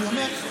אני אומר,